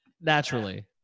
Naturally